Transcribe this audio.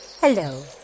Hello